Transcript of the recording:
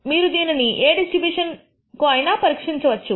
మీరు దీనిని ఏ డిస్ట్రిబ్యూషన్ కు అయినా పరీక్షించవచ్చు